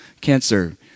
Cancer